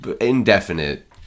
Indefinite